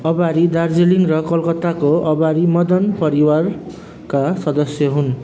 अवारी दार्जिलिङ र कलकत्ताको अवारी मदन परिवारका सदस्य हुन्